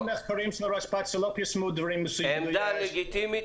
כולל מחקרים של רשפ"ת שלא פרסמו דברים מסוימים --- עמדה לגיטימית.